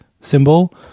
symbol